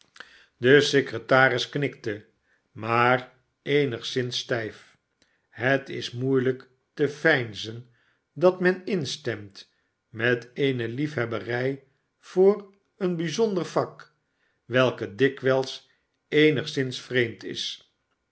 de secretaris knikte maar eenigszins stijf het is moeielijk te veinzen dat men instemt met eene liefhebberij voor een bijzonder vak welke dikwijls eenigszins vreemd is